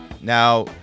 Now